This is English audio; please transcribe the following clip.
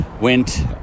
went